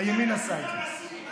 הימין עשה את זה.